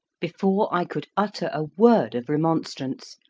before i could utter a word of remonstrance,